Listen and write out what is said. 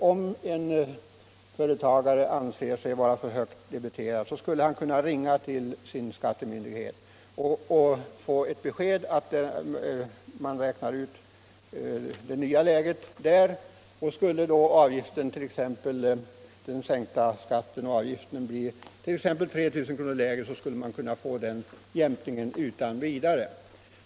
Om en företagare anser sig vara för högt debiterad borde han kunna ringa till sin skattemyndighet och där få ett besked genom att man där räknar ut det nya läget. Skulle då den sänkta skatten och avgiften bli t.ex. 3 000 kr. lägre, borde den jämkningen kunna göras utan vidare.